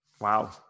Wow